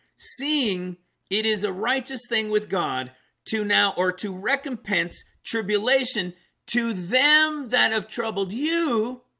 seeing it is a righteous thing with god to now or to recompense tribulation to them that have troubled you